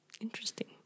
Interesting